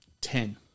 Ten